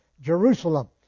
Jerusalem